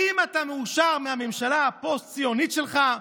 האם אתה מאושר מהממשלה הפוסט-ציונית שלך?